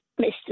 Mr